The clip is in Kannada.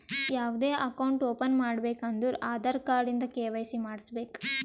ಯಾವ್ದೇ ಅಕೌಂಟ್ ಓಪನ್ ಮಾಡ್ಬೇಕ ಅಂದುರ್ ಆಧಾರ್ ಕಾರ್ಡ್ ಇಂದ ಕೆ.ವೈ.ಸಿ ಮಾಡ್ಸಬೇಕ್